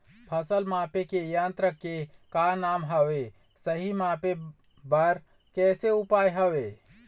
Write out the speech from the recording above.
फसल मापे के यन्त्र के का नाम हवे, सही मापे बार कैसे उपाय हवे?